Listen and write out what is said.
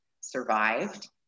survived